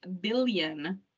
billion